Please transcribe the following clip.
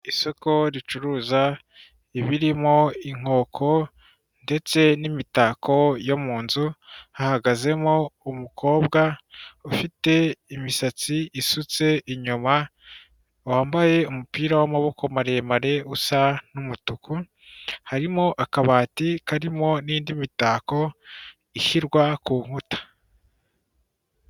Isoko ricuruza ibirimo inkoko ndetse n'imitako yo mu nzu, hahagazemo umukobwa ufite imisatsi isutse inyuma, wambaye umupira w'amaboko maremare usa n'umutuku, harimo akabati karimo n'indi mitako ishyirwa ku nkuta.